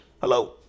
hello